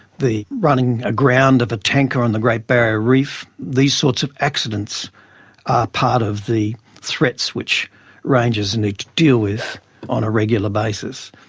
the running aground of a tanker on the great barrier reef, these sorts of accidents are part of the threats which rangers need to deal with on a regular basis.